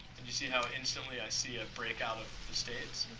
and you see how instantly i see a breakout of states